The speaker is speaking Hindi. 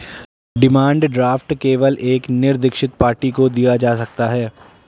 डिमांड ड्राफ्ट केवल एक निरदीक्षित पार्टी को दिया जा सकता है